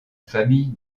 famille